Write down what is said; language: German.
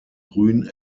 grün